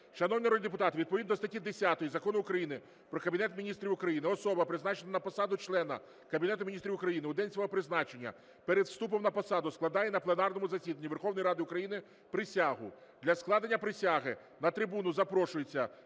Шановні народні депутати, відповідно статті 10 Закону України "Про Кабінет Міністрів України", особа, призначена на посаду члена Кабінету Міністрів України, в день свого призначення перед вступом на посаду складає на пленарному засіданні Верховної Ради України присягу. Для складення присяги на трибуну запрошується